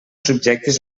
subjectes